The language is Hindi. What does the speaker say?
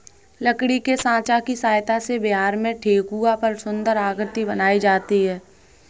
लकड़ी के साँचा की सहायता से बिहार में ठेकुआ पर सुन्दर आकृति बनाई जाती है